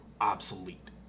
obsolete